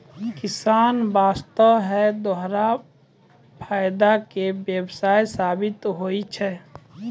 किसान वास्तॅ है दोहरा फायदा के व्यवसाय साबित होय छै